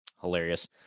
Hilarious